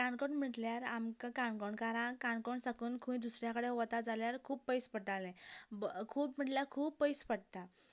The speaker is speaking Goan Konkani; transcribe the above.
काणकोण म्हटल्यार आमकां काणकोणकारांक काणकोण साकून खंय दुसऱ्या कडेन वता जाल्यार खूब पडटाले खूब म्हटल्यार खूब पयस पडटा